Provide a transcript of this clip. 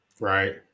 right